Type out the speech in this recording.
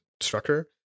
structure